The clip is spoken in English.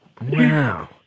Wow